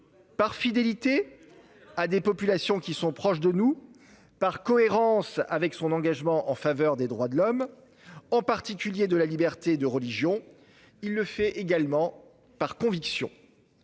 par fidélité à des populations qui sont proches de nous et par cohérence avec son engagement en faveur des droits de l'homme, en particulier de la liberté de religion. Il le fait également par conviction.